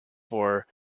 for